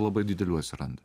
labai didelių atsiranda